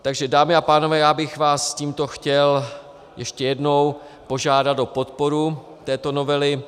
Takže dámy a pánové, já bych vás tímto chtě ještě jednou požádat o podporu této novely.